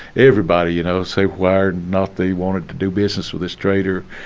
everybody, you know, say whether or not they wanted to do business with this trader,